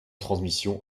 transmission